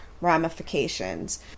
ramifications